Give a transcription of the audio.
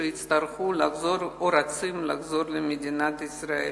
שיצטרכו לחזור או רוצים לחזור למדינת ישראל.